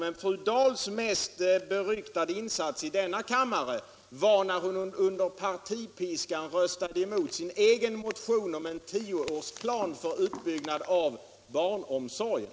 Men fru Dahls mest beryktade insats här i kammaren var när hon under partipiskan röstade emot sin egen motion om en tioårsplan för utbyggnad av barnomsorgen. '